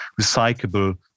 recyclable